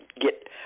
get